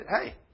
hey